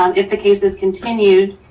um if the case is continued,